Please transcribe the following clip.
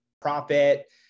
profit